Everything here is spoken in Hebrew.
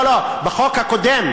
לא, לא, בחוק הקודם.